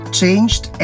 changed